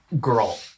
girl